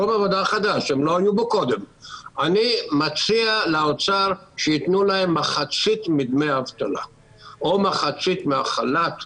אני מציע לאוצר שיתנו להם מחצית מדמי האבטלה או מחצית מהחל"ת.